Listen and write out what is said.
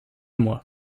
moi